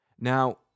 Now